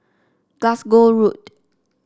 Glasgow Road